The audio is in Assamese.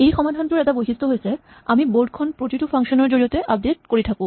এই সমাধানটোৰ এটা বৈশিষ্ট হৈছে আমি বৰ্ড খন প্ৰতিটো ফাংচন ৰ জৰিয়তে আপডেট কৰি থাকো